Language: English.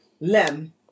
Lem